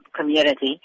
community